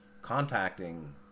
contacting